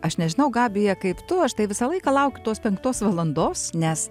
aš nežinau gabija kaip tu aš tai visą laiką laukiu tos penktos valandos nes